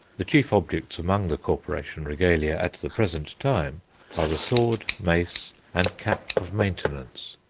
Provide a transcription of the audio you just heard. the chief objects among the corporation regalia at the present time are the sword, mace, and cap of maintenance.